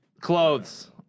Clothes